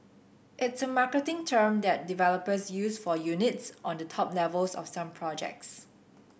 it's a marketing term that developers use for units on the top levels of some projects